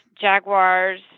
jaguars